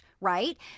right